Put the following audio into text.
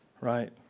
right